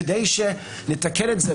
כדי שנתקן את זה.